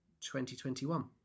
2021